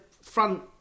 front